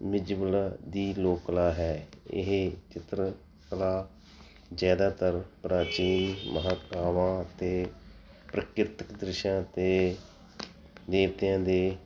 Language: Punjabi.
ਦੀ ਲੋਕ ਕਲਾ ਹੈ ਇਹ ਚਿੱਤਰ ਕਲਾ ਜ਼ਿਆਦਾਤਰ ਪ੍ਰਾਚੀਨ ਅਤੇ ਪ੍ਰਕਿਰਤਿਕ ਦ੍ਰਿਸ਼ਾਂ ਅਤੇ ਦੇਵਤਿਆਂ ਦੇ